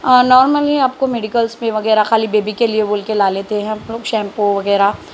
normally آپ کو medicals پہ وغیرہ خالی بیبی کے لیے بول کے لا لیتے ہیں ہم لوگ شیمپو وغیرہ